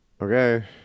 Okay